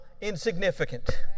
insignificant